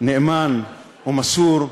נאמן ומסור,